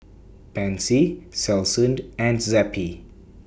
Pansy Selsun and Zappy